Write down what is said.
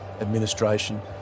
administration